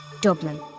Dublin